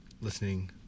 listening